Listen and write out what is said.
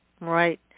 Right